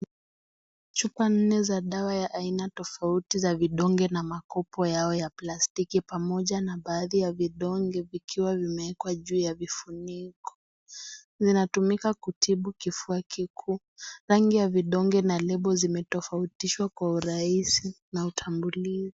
Chupa nne za dawa ya aina tofauti za vidonge na makobo yao ya plastiki pamoja na baadhi ya vidonge vikiwa vimeekwa juu ya vifuniko. Vinatumika kutibu kifua kikuu. Rangi ya vidonge na label zimetofautishwa kwa urahisi na utambulishi.